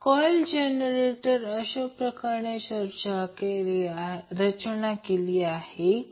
म्हणून जर हा भाग 0 असेल तर XC69